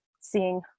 seeing